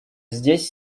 здесь